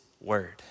word